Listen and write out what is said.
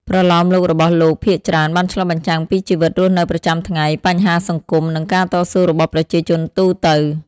ប្រលោមលោករបស់លោកភាគច្រើនបានឆ្លុះបញ្ចាំងពីជីវិតរស់នៅប្រចាំថ្ងៃ បញ្ហាសង្គម និងការតស៊ូរបស់ប្រជាជនទូទៅ។